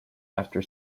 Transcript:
after